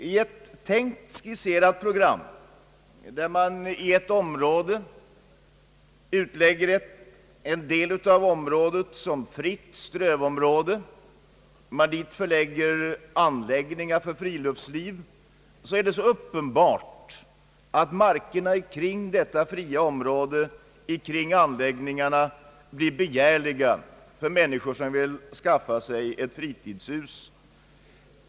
I ett tänkt skisserat program, där en del av ett område utlägges som fritt strövområde och dit man förlägger anläggningar för friluftsliv, är det uppenbart att markerna kring det fria området och kring anläggningarna blir begärliga för människor som vill skaffa sig fritidshus.